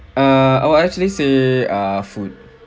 err I will actually say err food